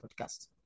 podcast